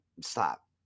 stop